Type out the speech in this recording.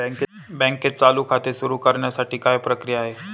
बँकेत चालू खाते सुरु करण्यासाठी काय प्रक्रिया आहे?